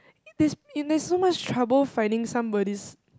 it and there's so much trouble finding somebody's